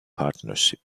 partnership